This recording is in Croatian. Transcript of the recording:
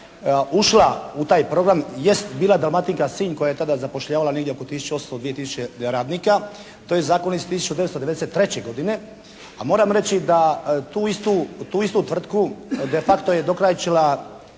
ušla u taj program jest "Dalmatinka" Sinj koja je tada zapošljavala negdje oko tisuću 800, 2 tisuće radnika. To je zakona iz 1993. godine. A moram reći da tu istu tvrtku de facto je dokrajčila